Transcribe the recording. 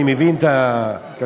אני מבין את הצורך